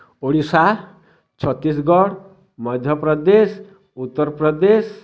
Odisha Chhattisgarh Madhya Pradesh Uttar Pradesh